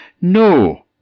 No